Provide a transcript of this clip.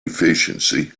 efficiency